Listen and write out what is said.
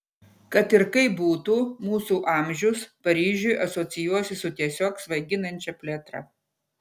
kad ir kaip būtų mūsų amžius paryžiui asocijuosis su tiesiog svaiginančia plėtra